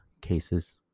cases